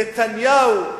נתניהו,